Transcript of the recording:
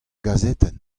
gazetenn